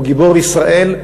הוא גיבור ישראל,